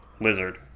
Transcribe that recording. Lizard